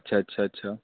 اچھا اچھا اچھا